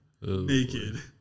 naked